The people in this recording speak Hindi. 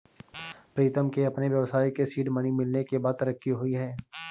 प्रीतम के अपने व्यवसाय के सीड मनी मिलने के बाद तरक्की हुई हैं